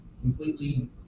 completely